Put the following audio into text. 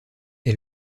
est